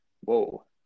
Whoa